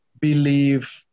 believe